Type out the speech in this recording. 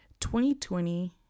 2020